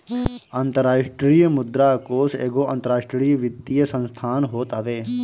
अंतरराष्ट्रीय मुद्रा कोष एगो अंतरराष्ट्रीय वित्तीय संस्थान होत हवे